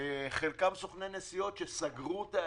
חלקם סוכני נסיעות שסגרו את העסקים.